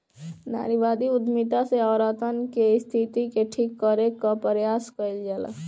नारीवादी उद्यमिता से औरतन के स्थिति के ठीक करे कअ प्रयास कईल जाला